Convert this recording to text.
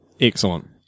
Excellent